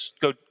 go